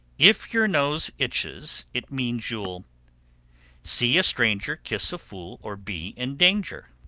if your nose itches, it means you'll see a stranger, kiss a fool, or be in danger.